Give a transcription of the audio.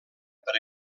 per